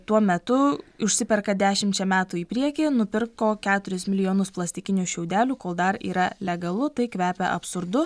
tuo metu užsiperka dešimčia metų į priekį nupirko keturis milijonus plastikinių šiaudelių kol dar yra legalu tai kvepia absurdu